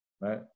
right